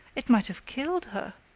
it might have killed her.